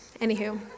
Anywho